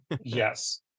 yes